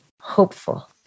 hopeful